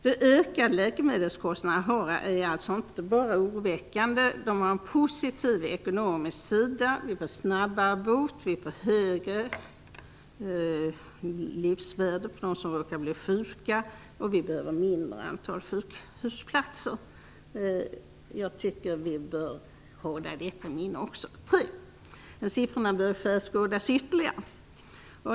De ökade läkemedelskostnaderna är alltså inte bara oroväckande, de har en positiv ekonomisk sida. Vi får snabbare bot, högre livsvärde för dem som råkar bli sjuka och vi behöver mindre antal sjukhusplatser. Jag tycker att vi bör hålla detta i minnet också. 3. Siffrorna behöver skärskådas ytterligare.